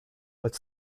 but